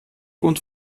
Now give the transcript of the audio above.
und